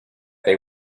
they